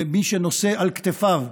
למי שנושא על כתפיו,